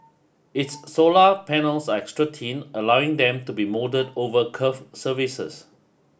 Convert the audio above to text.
its solar panels are extra thin allowing them to be moulded over curved surfaces